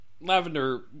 Lavender